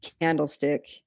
candlestick